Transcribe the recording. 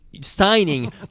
signing